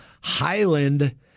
Highland